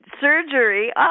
surgery